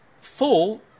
full